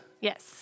Yes